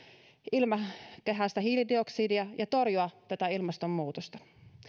ilmakehästä hiilidioksidia ja torjua tätä ilmastonmuutosta